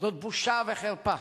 זאת בושה וחרפה.